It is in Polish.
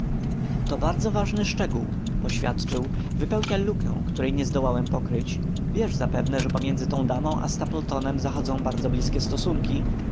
to bardzo ważny szczegół poświadczył wypełnia lukę której nie zdołałem pokryć wiesz zapewne że pomiędzy tą damą a stapletonem zachodzą bardzo blizkie stosunki